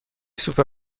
سوپر